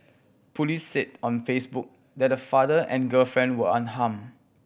police said on Facebook that the father and girlfriend were unharmed